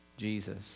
Jesus